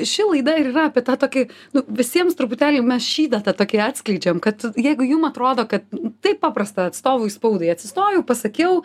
ši laida ir yra apie tą tokį nu visiems truputėlį mes šydą tą tokį atskleidžiam kad jeigu jum atrodo kad taip paprasta atstovui spaudai atsistojau pasakiau